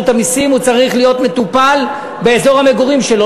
המסים הוא צריך להיות מטופל באזור המגורים שלו,